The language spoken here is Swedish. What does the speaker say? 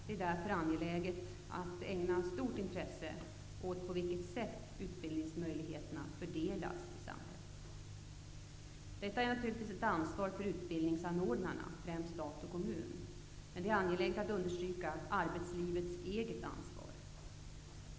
Det är därför angeläget att ägna stort intresse åt på vilket sätt utbildningsmöjligheterna fördelas i samhället. Detta är naturligtvis ett ansvar för utbildningsanordnarna, främst stat och kommun, men det är angeläget att understryka arbetslivets eget ansvar.